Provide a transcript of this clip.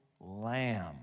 lamb